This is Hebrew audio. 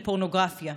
לפורנוגרפיה,